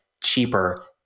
cheaper